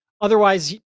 Otherwise